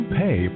pay